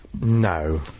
No